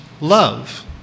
love